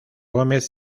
gómez